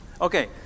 Okay